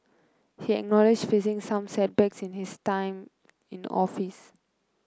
he acknowledged facing some setbacks in his time in office